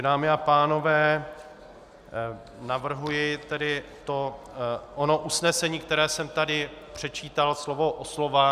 Dámy a pánové, navrhuji to ono usnesení, které jsem tady předčítal slovo od slova.